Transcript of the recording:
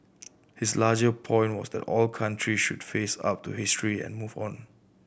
his larger point was that all countries should face up to history and move on